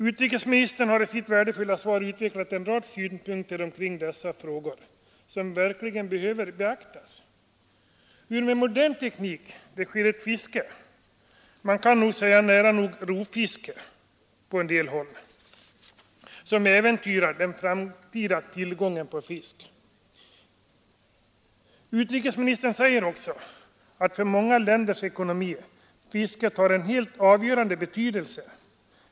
Utrikesministern har i sitt värdefulla svar utvecklat en rad synpunkter omkring dessa frågor, som verkligen behöver beaktas, t.ex. hur det med modern teknik bedrivs ett fiske — man kan väl säga nära nog rovfiske på en del håll — som äventyrar den framtida tillgången på fisk. Utrikesministern säger också att fisket för många länders ekonomi har en helt avgörande betydelse.